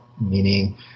meaning